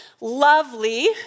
lovely